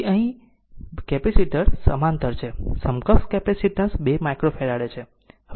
તેથી અહીં તેથી આ કેપેસિટર સમાંતર છે સમકક્ષ કેપેસીટન્સ 2 માઈક્રોફેરાડે છે